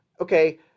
Okay